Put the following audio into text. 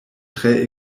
tre